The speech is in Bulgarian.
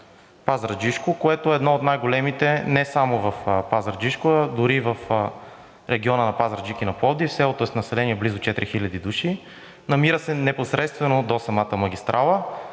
Пазарджишко, което е едно от най-големите не само в Пазарджишко, а дори и в региона на Пазарджик и на Пловдив – селото е с население близо 4000 жители, намира се непосредствено до самата магистрала,